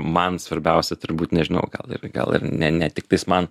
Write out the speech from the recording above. man svarbiausia turbūt nežinau gal ir gal ir ne ne tiktais man